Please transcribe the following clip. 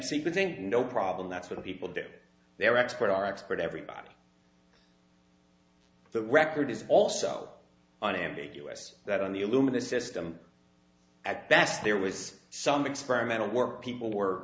people think no problem that's what people do their expert our expert everybody the record is also unambiguous that on the alumina system at best there was some experimental work people were